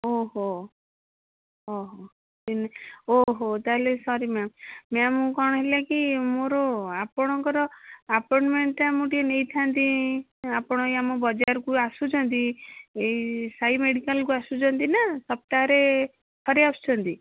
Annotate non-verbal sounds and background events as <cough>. ଓହୋ <unintelligible> ଓହୋ ତା'ହେଲେ ସରି ମ୍ୟାମ୍ ମ୍ୟାମ୍ ମୁଁ କ'ଣ ହେଲାକି ମୋର ଆପଣଙ୍କର ଆପଏଣ୍ଟମେଣ୍ଟଟା ମୁଁ ଟିକିଏ ନେଇଥାନ୍ତି ଆପଣ ଏଇ ଆମ ବଜାରକୁ ଆସୁଛନ୍ତି ଏଇ ସାଇ ମେଡ଼ିକାଲକୁ ଆସୁଛନ୍ତି ନା ସପ୍ତାହରେ ଥରେ ଆସୁଛନ୍ତି